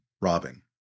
robbing